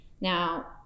Now